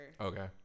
Okay